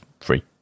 free